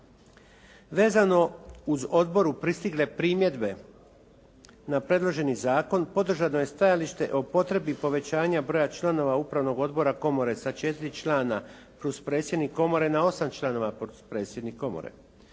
Vezano uz odboru pristigle primjedbe na predloženi zakon podržano je stajalište o potrebi povećanja broja članova upravnog odbora komore sa četiri člana plus predsjednik komore na osam članova plus predsjednik komore.